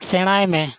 ᱥᱮᱬᱟᱭᱢᱮ